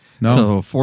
No